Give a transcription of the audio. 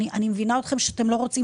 אני מבינה אתכם, שאתם לא רוצים